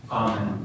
amen